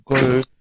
go